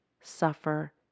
suffer